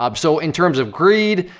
um so, in terms of greed,